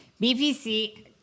BPC